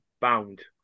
bound